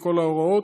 וכל ההוראות,